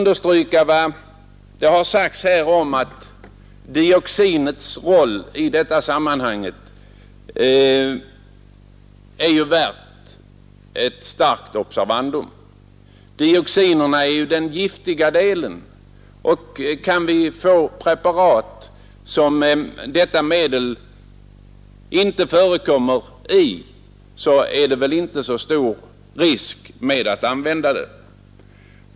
Det som sagts här om dioxinets roll i detta sammanhang är värt ett starkt observandum. Dioxinerna är den giftiga delen, och kan vi få preparat som detta medel inte förekommer i är det inte så stor risk att använda dem.